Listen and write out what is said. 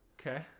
Okay